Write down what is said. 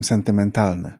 sentymentalny